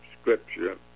scripture